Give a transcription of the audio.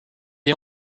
est